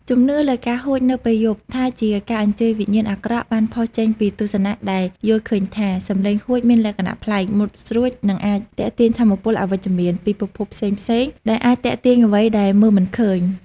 ជំនឿលើការហួចនៅពេលយប់ថាជាការអញ្ជើញវិញ្ញាណអាក្រក់បានផុសចេញពីទស្សនៈដែលយល់ឃើញថា សំឡេងហួចមានលក្ខណៈប្លែក មុតស្រួច និងអាច ទាក់ទាញថាមពលអវិជ្ជមាន ពីពិភពផ្សេងៗ ដែលអាចទាក់ទាញអ្វីដែលមើលមិនឃើញ។